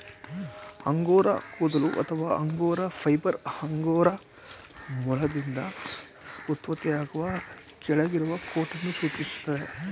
angora ಕೂದಲು ಅಥವಾ angora fibre angora ಮೊಲದಿಂದ ಉತ್ಪತ್ತಿಯಾಗುವ ಕೆಳಗಿರುವ ಕೋಟನ್ನು ಸೂಚಿಸ್ತದೆ